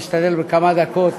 אשתדל בכמה דקות